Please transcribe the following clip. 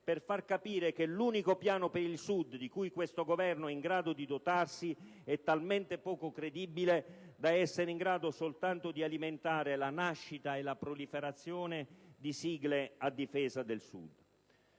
per far capire che l'unico piano per il Sud di cui questo Governo è in grado di dotarsi è talmente poco credibile da essere in grado soltanto di alimentare la nascita e la proliferazione di sigle a difesa del Sud.